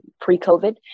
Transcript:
pre-COVID